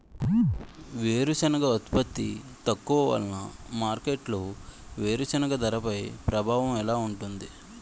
వేరుసెనగ ఉత్పత్తి తక్కువ వలన మార్కెట్లో వేరుసెనగ ధరపై ప్రభావం ఎలా ఉంటుంది?